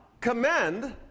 commend